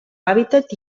hàbitat